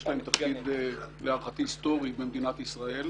יש להם להערכתי תפקיד היסטורי במדינת ישראל,